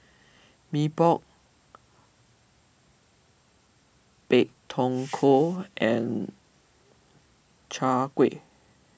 Mee Pok Pak Thong Ko and Chai Kueh